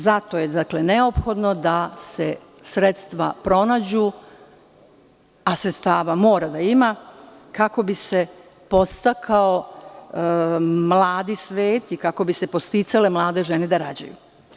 Zato je neophodno da se sredstva pronađu, a sredstava mora da ima, kako bi se podstakao mladi svet i kako bi se podsticale mlade žene da rađaju.